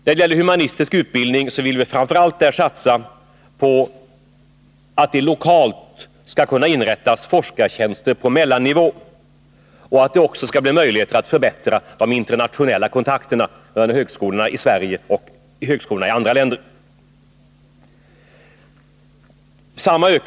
När det gäller humanistisk utbildning vill vi framför allt satsa på möjligheterna att lokalt inrätta forskartjänster på mellannivå och att förbättra de internationella kontakterna mellan högskolorna i Sverige och högskolorna i andra länder.